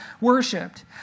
worshipped